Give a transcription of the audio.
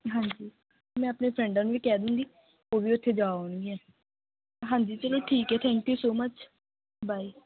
ਹਾਂਜੀ ਮੈਂ ਆਪਣੇ ਫਰੈਂਡਾਂ ਨੂੰ ਵੀ ਕਹਿ ਦੂੰਗੀ ਉਹ ਵੀ ਉੱਥੇ ਜਾ ਆਉਣਗੀਆ ਹਾਂਜੀ ਚਲੋ ਠੀਕ ਹੈ thank you so much bye